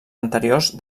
anteriors